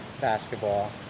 basketball